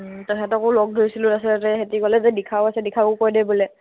ওম তাহাঁতকো লগ ধৰিছিলোঁ তাৰপিছত সিহঁতি ক'লে যে দিশাও আছে দিশাকো কৈ দে বোলে